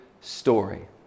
story